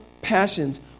passions